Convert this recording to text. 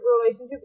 relationship